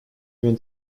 even